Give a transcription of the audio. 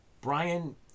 Brian